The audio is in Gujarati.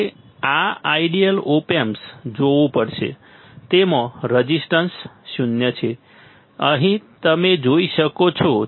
તમારે આ આઇડિયલ ઓપ એમ્પ જોવું પડશે તેમાં રેઝિસ્ટન્સ શૂન્ય છે તમે અહીં જોઈ શકો છો